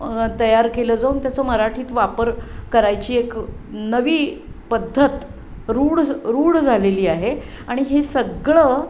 तयार केलं जाऊन त्याचं मराठीत वापर करायची एक नवी पद्धत रूढ रूढ झालेली आहे आणि हे सगळं